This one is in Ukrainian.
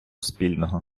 спільного